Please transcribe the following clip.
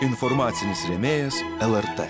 informacinis rėmėjas lrt